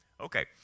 okay